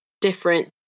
different